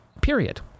Period